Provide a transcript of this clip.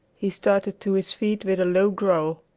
he started to his feet with a low growl,